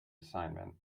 assignment